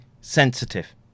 sensitive